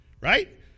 Right